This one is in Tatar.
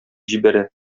җибәрә